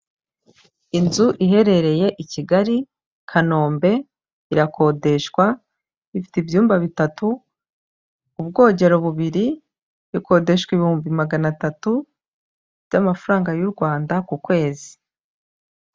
Inzu iherereye i Kigali Kanombe, irakodeshwa ifite ibyumba bitatu, ubwogero bubiri, ikodeshwa ibihumbi magana atatu by'amafaranga y'u Rwanda ku kwezi.